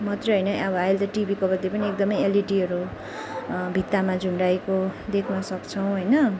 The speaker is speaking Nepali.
मात्रै होइन अब अहिले त टिभीको बदली पनि एकदमै एलइडीहरू भित्तामा झुन्डाएको देख्न सक्छौँ होइन